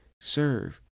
Serve